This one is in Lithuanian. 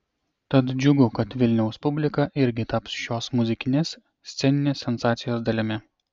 tad džiugu kad vilniaus publika irgi taps šios muzikinės sceninės sensacijos dalimi